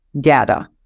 data